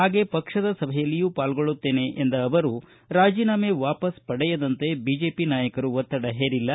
ಹಾಗೆ ಪಕ್ಷದ ಸಭೆಯಲ್ಲಿಯೂ ಪಾಲ್ಗೊಳ್ಳುತ್ತೇನೆ ಎಂದ ಅವರು ರಾಜೀನಾಮೆ ವಾಪಸ್ ಪಡೆಯದಂತೆ ಬಿಜೆಪಿ ನಾಯಕರು ಒತ್ತಡ ಹೇರಿಲ್ಲ